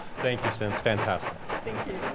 thank you, sindts. fantastic. thank you.